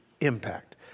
impact